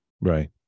Right